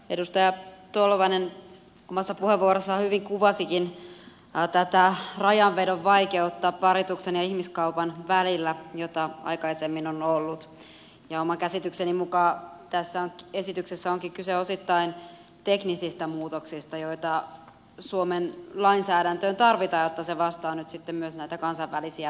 edustaja tolvanen omassa puheenvuorossaan hyvin kuvasikin tätä rajanvedon vaikeutta parituksen ja ihmiskaupan välillä jota aikaisemmin on ollut ja oman käsitykseni mukaan tässä esityksessä onkin kyse osittain teknisistä muutoksista joita suomen lainsäädäntöön tarvitaan jotta se vastaa nyt sitten myös näitä kansainvälisiä velvoitteita